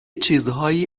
چیزهایی